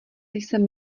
jsem